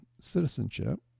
citizenship